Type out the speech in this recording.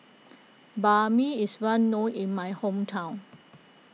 Banh Mi is well known in my hometown